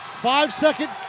Five-second